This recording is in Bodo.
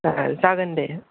जागोन दे